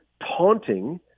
taunting